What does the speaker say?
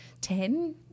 ten